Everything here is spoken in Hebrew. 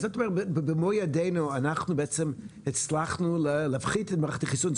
אז את אומרת שבמו ידינו אנחנו בעצם הצלחנו להפחית את מערכת החיסון,